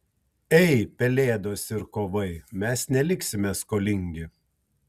ei pelėdos ir kovai mes neliksime skolingi